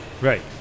right